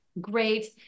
Great